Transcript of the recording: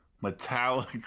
Metallic